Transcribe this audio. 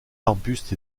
arbustes